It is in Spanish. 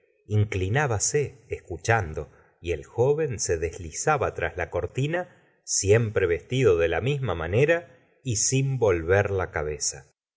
inclinbase escuchando y el joven se deslizaba tras la cortina siempre vestido de la misma manera y sin volver la cabeza